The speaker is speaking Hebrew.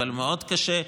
אבל מאוד קשה,